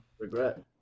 Regret